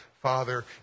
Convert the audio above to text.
Father